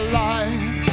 life